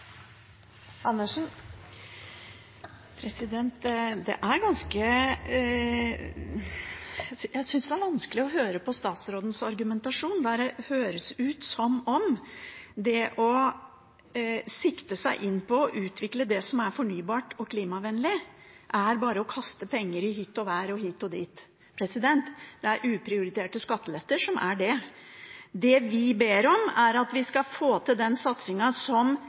vanskelig å høre på statsrådens argumentasjon, der det høres ut som om det å sikte seg inn på å utvikle det som er fornybart og klimavennlig, er å kaste penger i hytt og vær og hit og dit. Det er uprioriterte skatteletter som er det. Det vi ber om, er at vi skal få til den satsingen som